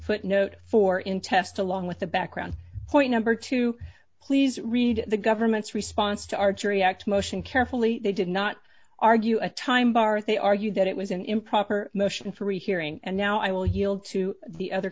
footnote four in test along with the background point number two please read the government's response to our jury act motion carefully they did not argue a time bar they argued that it was an improper motion for rehearing and now i will yield to the other